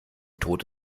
tod